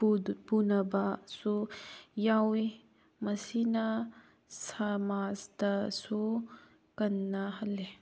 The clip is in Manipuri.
ꯄꯨꯅꯕꯁꯨ ꯌꯥꯎꯋꯤ ꯃꯁꯤꯅ ꯁꯃꯥꯖꯇꯁꯨ ꯀꯥꯟꯅꯍꯜꯂꯤ